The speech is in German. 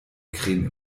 creme